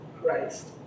Christ